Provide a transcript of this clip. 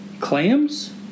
clams